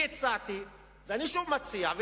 אני הצעתי, ואני שוב מציע,